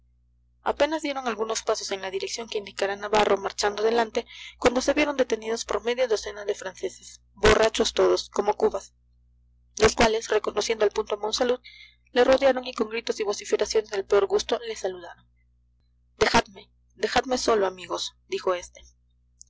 apenas dieron algunos pasos en la dirección que indicara navarro marchando delante cuando se vieron detenidos por media docena de franceses borrachos todos como cubas los cuales reconociendo al punto a monsalud le rodearon y con gritos y vociferaciones del peor gusto le saludaron dejadme dejadme solo amigos dijo este